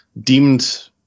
deemed